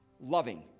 loving